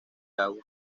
agua